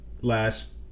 last